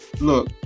Look